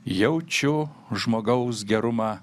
jaučiu žmogaus gerumą